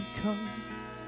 come